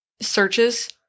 searches